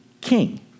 king